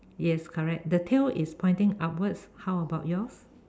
yes correct the tail is pointing upwards how about yours